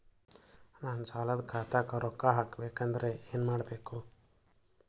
ನನ್ನ ಸಾಲದ ಖಾತಾಕ್ ರೊಕ್ಕ ಹಾಕ್ಬೇಕಂದ್ರೆ ಏನ್ ಮಾಡಬೇಕು?